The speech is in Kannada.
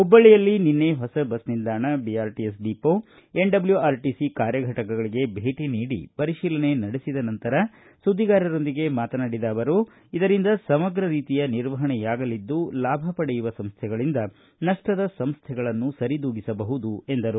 ಹುಬ್ಬಳ್ಳಿಯಲ್ಲಿ ನಿನ್ನೆ ಹೊಸ ಬಸ್ ನಿಲ್ದಾಣ ಬಿಆರ್ಟಿಎಸ್ ಡಿಪೋ ಎನ್ಡಬ್ಲ್ಯೂಆರ್ಟಿಸಿ ಕಾರ್ಯಫಟಕಗಳಿಗೆ ಭೇಟಿ ನೀಡಿ ಪರಿಶೀಲನೆ ನಡೆಸಿದ ನಂತರ ಸುದ್ದಿಗಾರರೊಂದಿಗೆ ಮಾತನಾಡಿದ ಅವರು ಇದರಿಂದ ಸಮಗ್ರ ರೀತಿಯ ನಿರ್ವಹಣೆಯಾಗಲಿದ್ದು ಲಾಭ ಪಡೆಯುವ ಸಂಸ್ಥೆಗಳಂದ ನಷ್ಪದ ಸಂಸ್ಥೆಗಳನ್ನು ಸರಿದೂಗಿಸಬಹುದು ಎಂದರು